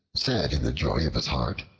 said in the joy of his heart,